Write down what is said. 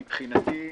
מבחינתי,